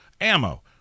ammo